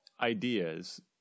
ideas